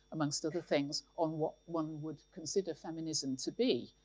amongst other things, on what one would consider feminism to be,